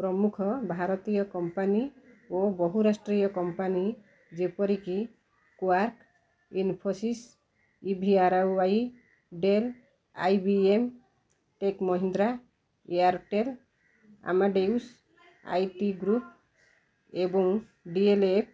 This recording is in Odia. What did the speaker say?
ପ୍ରମୁଖ ଭାରତୀୟ କମ୍ପାନୀ ଓ ବହୁରାଷ୍ଟ୍ରୀୟ କମ୍ପାନୀ ଯେପରିକି Infosys EVRY Dell IBM Tech Mahindra Airtel Amadeus IT group ଏବଂ ଡ଼ିଏଲ୍ଏଫ୍